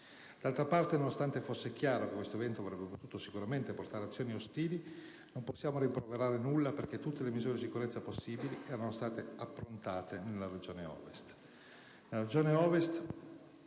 D'altra parte, nonostante fosse chiaro che questo evento avrebbe potuto sicuramente portare ad azioni ostili, non possiamo rimproverare nulla perché tutte le misure di sicurezza possibili erano state approntate nella regione Ovest.